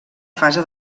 fase